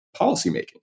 policymaking